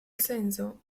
censo